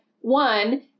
one